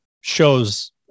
shows